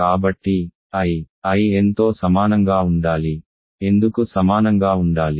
కాబట్టిI In తో సమానంగా ఉండాలి ఎందుకు సమానంగా ఉండాలి